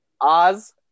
Oz